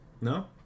No